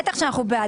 בטח שאנחנו בעד.